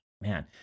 man